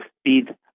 speed